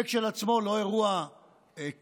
זה כשלעצמו לא אירוע קל,